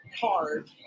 card